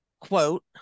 quote